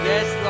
Yes